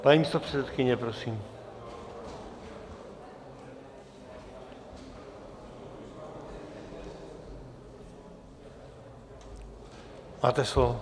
Paní místopředsedkyně, prosím, máte slovo.